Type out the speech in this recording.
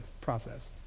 process